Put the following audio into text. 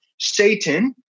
Satan